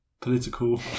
political